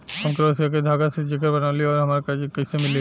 हम क्रोशिया के धागा से जेवर बनावेनी और हमरा कर्जा कइसे मिली?